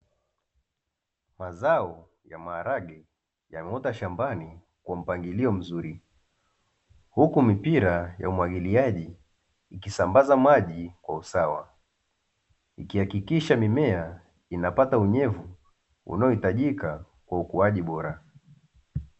Mazao ya maharage yameota shambani kwa mpangilio mzuri, huku mipira ya umwagiliaji ikisambaza maji kwa usawa, ikihakikisha mimea inapata unyevu unaohitajika kwa ukuaji bora.